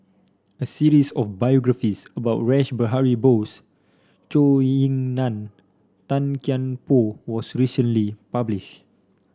a series of biographies about Rash Behari Bose Zhou Ying Nan Tan Kian Por was recently published